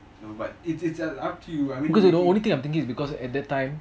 because you know the only thing I'm thinking because at that time